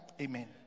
Amen